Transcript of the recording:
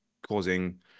causing